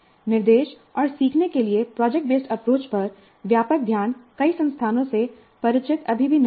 निर्देश और सीखने के लिए प्रोजेक्ट बेस्ड अप्रोच पर व्यापक ध्यान कई संस्थानों से परिचित अभी भी नहीं हैं